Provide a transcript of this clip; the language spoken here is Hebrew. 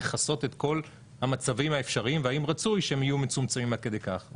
מכסות את כל המצבים האפשריים והאם רצוי שהם יהיו מצומצמים עד כדי כך?